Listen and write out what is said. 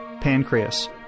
pancreas